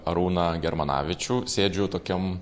arūną germanavičių sėdžiu tokiam